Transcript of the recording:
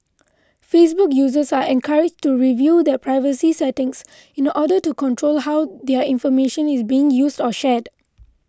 Facebook users are encouraged to review their privacy settings in order to control how their information is used or shared